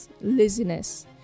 laziness